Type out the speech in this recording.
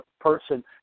person